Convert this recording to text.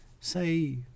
say